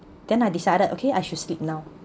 then I decided okay I should sleep now